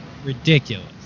Ridiculous